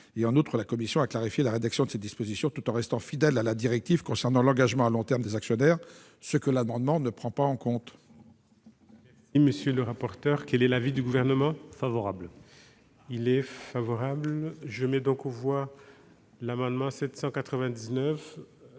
En outre, la commission spéciale a clarifié la rédaction de ces dispositions tout en restant fidèle à la directive concernant l'engagement à long terme des actionnaires, ce que l'amendement ne prend pas en compte.